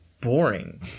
boring